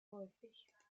häufig